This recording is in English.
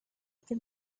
can